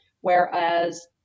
whereas